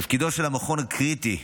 תפקידו של המכון הוא קריטי,